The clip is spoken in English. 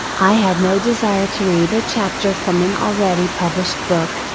i had no desire to read a chapter from an already published book,